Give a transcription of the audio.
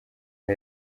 aho